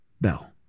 bell